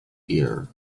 ear